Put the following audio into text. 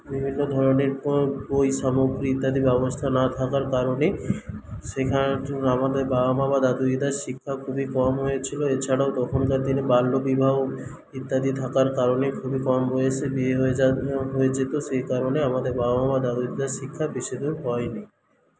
বিভিন্ন ধরনের কোন বই সামগ্রী ইত্যাদি ব্যবস্থা না থাকার কারণে শেখানোর জন্য আমাদের বাবা মা বা দাদু দিদার শিক্ষা খুবই কম হয়েছিল এছাড়াও তখনকার দিনে বাল্যবিবাহ ইত্যাদি থাকার কারণে খুবই কম বয়সে বিয়ে হয়ে যায় হয়ে যেত সেই কারণে আমাদের বাবা মা বা দাদু দিদার শিক্ষা বেশি দূর হয়নি